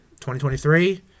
2023